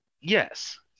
Yes